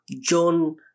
John